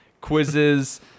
quizzes